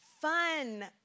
fun